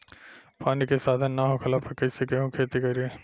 पानी के साधन ना होखला पर कईसे केहू खेती करी